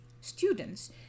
students